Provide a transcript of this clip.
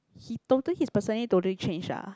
he totally his personality totally change ah